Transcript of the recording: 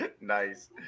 nice